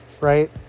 right